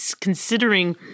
considering